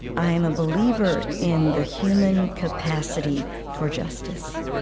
i am a believer in the human capacity for justice,